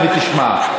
תודה.